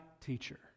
teacher